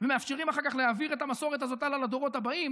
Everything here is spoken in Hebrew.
ומאפשרים אחר כך להעביר את המסורת הזאת הלאה לדורות הבאים,